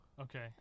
Okay